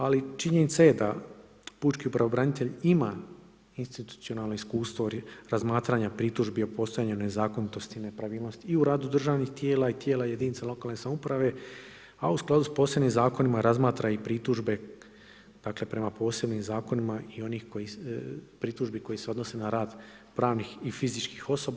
Ali, činjenica je da Pučki pravobranitelj ima institucionalno iskustvo razmatranja pritužbi o postojanju nezakonitosti i nepravilnosti i u radu državnih tijela i tijela jedinice lokalne samouprave, a u skladu s posebnim zakonima razmatra i pritužbe dakle, prema posebnim zakonima i onih pritužbi koji se odnose na rad pravnih i fizičkih osoba.